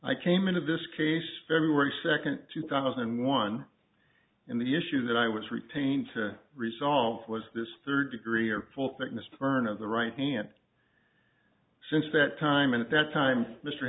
i came into this case february second two thousand and one in the issue that i was retained to resolve was this third degree or full thickness turn of the right hand since that time at that time m